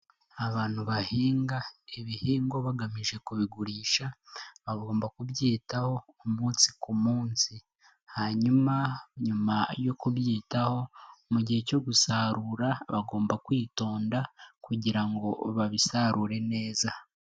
Abantu bahinga ibihingwa bagamije kubigurisha bagomba kubyitaho umunsi ku munsi hanyuma nyuma yo kubyitaho mu gihe cyo gusarura bagomba kwitonda kugira ngo babisarure neza.